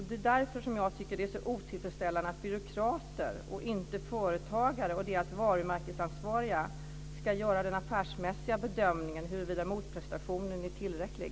Det är därför jag tycker det är så otillfredsställande att byråkrater och inte företagare och deras varumärkesansvariga ska göra den affärsmässiga bedömningen av huruvida motprestationen är tillräcklig.